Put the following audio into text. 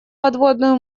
подводную